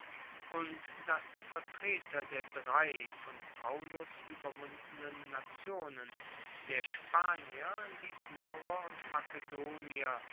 und dass die vertreter der drei von paullus ueberwundenen nationen der spanier ligurer und makedonier